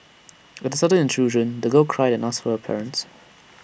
at the sudden intrusion the girl cried and asked for her parents